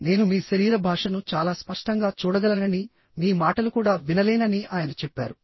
నేను మీ శరీర భాషను చాలా స్పష్టంగా చూడగలనని మీ మాటలు కూడా వినలేనని ఆయన చెప్పారు